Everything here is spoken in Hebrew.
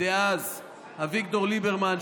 דאז אביגדור ליברמן,